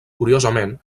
curiosament